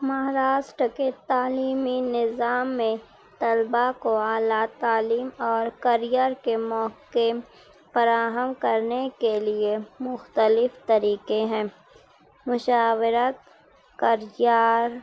مہاراشٹر کے تعلیمی نظام میں طلبا کو اعلیٰ تعلیم اور کریئر کے موقعے فراہم کرنے کے لیے مختلف طریقے ہیں مشاورت کریار